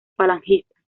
falangista